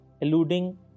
eluding